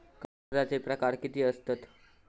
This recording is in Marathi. कर्जाचे प्रकार कीती असतत?